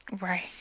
right